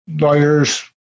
lawyers